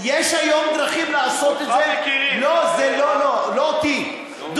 יש היום דרכים לעשות את זה, אותך מכירים, לא, לא.